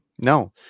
No